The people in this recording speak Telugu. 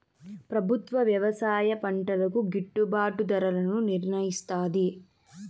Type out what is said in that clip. ప్రభుత్వం వ్యవసాయ పంటలకు గిట్టుభాటు ధరలను నిర్ణయిస్తాది